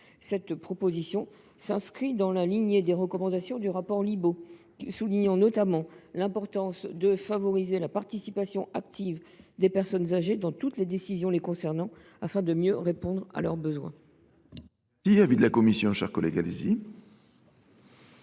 Cette proposition s’inscrit dans la lignée des recommandations du rapport Libault, qui soulignait l’importance de favoriser la participation active des personnes âgées à toutes les décisions les concernant, afin de mieux répondre à leurs besoins. Quel est l’avis de la commission ? Cet amendement vise